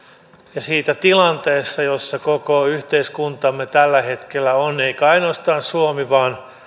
ja siitä tilanteesta jossa koko yhteiskuntamme tällä hetkellä on eikä ainoastaan suomi vaan